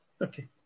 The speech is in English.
Okay